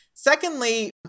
Secondly